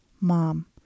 Mom